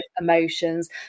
emotions